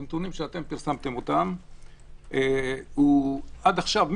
מנתונים שאתם פרסמתם עד עכשיו,